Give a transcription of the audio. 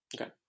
Okay